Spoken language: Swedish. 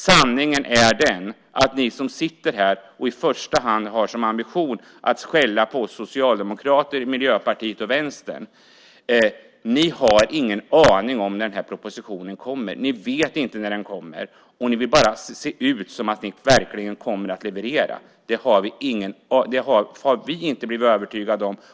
Sanningen är att ni som sitter här och i första hand har som ambition att skälla på oss socialdemokrater, Miljöpartiet och Vänstern inte har en aning om när den här propositionen kommer. Ni vet inte när den kommer. Ni vill bara se ut som om ni verkligen kommer att leverera. Det har vi inte blivit övertygade om.